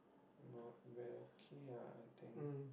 not well okay lah I think